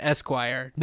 Esquire